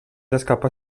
escapar